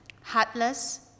heartless